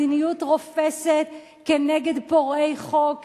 מדיניות רופסת כנגד פורעי חוק,